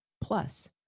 Plus